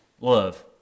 love